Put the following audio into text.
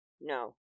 No